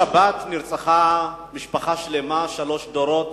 בשבת נרצחה משפחה שלמה, שלושה דורות,